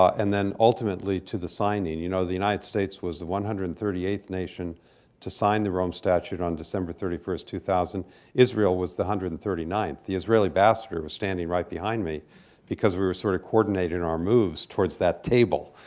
and then ultimately to the signing. you know, the united states was the one hundred and thirty eighth nation to sign the rome statute on december thirty first, two thousand israel was the one hundred and thirty ninth. the israeli ambassador was standing right behind me because we were sort of coordinating our moves towards that table.